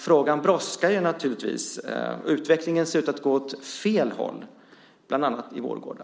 Frågan brådskar naturligtvis eftersom utvecklingen ser ut att gå åt fel håll, bland annat i Vårgårda.